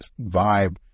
vibe